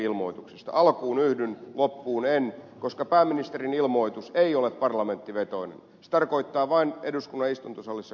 alkuun yhdyn loppuun en koska pääministerin ilmoitus ei ole parlamenttivetoinen se tarkoittaa vain eduskunnan istuntosalissa käytävää keskustelua